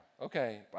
okay